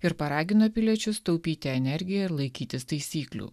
ir paragino piliečius taupyti energiją ir laikytis taisyklių